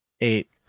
Eight